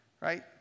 right